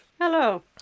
Hello